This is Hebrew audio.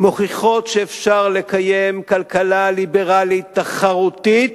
מוכיחות שאפשר לקיים כלכלה ליברלית תחרותית